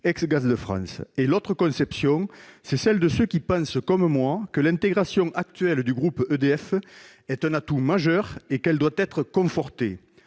ex-Gaz de France ; l'autre conception est celle de ceux qui pensent comme moi que l'intégration actuelle du groupe EDF est un atout majeur et qu'elle doit être confortée,